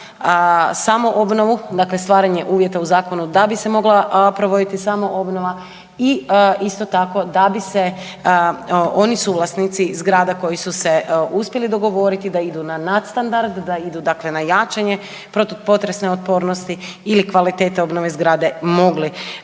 samoobnovu, dakle stvaranje uvjeta u zakonu da bi se mogla provoditi samoobnova i isto tako da bi se oni suvlasnici zgrada koji su se uspjeli dogovoriti da idu na nadstandard, da idu dakle na jačanje protupotresne otpornosti ili kvalitete obnove zgrade mogli